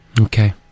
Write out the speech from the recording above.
okay